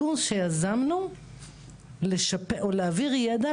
קורס שיזמנו כדי להעביר ידע